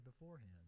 beforehand